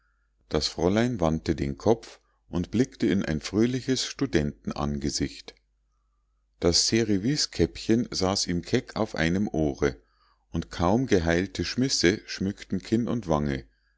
das fräulein wandte den kopf und blickte in ein fröhliches studentenangesicht das cereviskäppchen saß ihm keck auf einem ohre und kaum geheilte schmisse schmückten kinn und wange